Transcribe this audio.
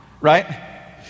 right